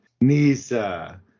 Nisa